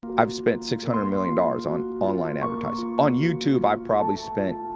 i've spent six hundred million dollars on online advertising. on youtube i've probably spent,